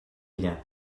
rien